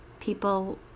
people